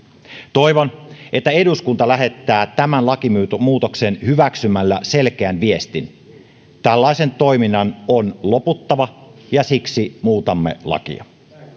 toivon että eduskunta lähettää tämän lakimuutoksen hyväksymällä selkeän viestin tällaisen toiminnan on loputtava ja siksi muutamme lakia